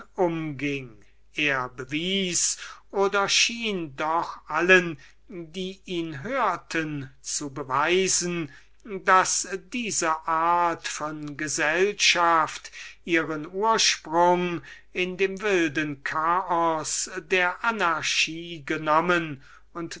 er bewies oder schien doch allen die ihn hörten zu beweisen daß diese art von gesellschaft ihren ursprung in dem wilden chaos der anarchie genommen und